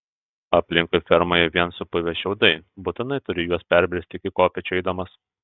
aplinkui fermoje vien supuvę šiaudai būtinai turi juos perbristi iki kopėčių eidamas